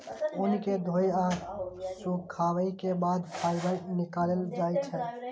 ऊन कें धोय आ सुखाबै के बाद फाइबर निकालल जाइ छै